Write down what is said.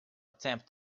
attempt